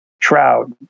trout